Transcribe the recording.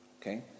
Okay